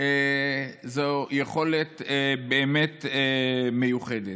זו באמת יכולת מיוחדת.